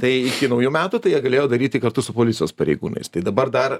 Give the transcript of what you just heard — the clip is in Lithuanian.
tai iki naujų metų tai jie galėjo daryti kartu su policijos pareigūnais tai dabar dar